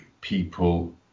people